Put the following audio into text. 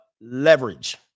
Leverage